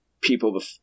people